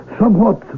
somewhat